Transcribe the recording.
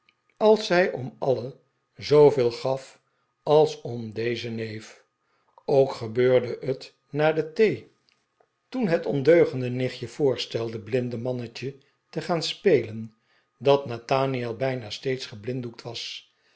als zij om alle zooveel j gaf als om dezen neef ook gebeurde het na de thee toen het ondeugende nichtje voorde a an bidder in de kast stelde blindemannetje te gaan spelen dat nathaniel bijna steeds geblinddoekt was